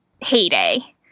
heyday